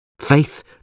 Faith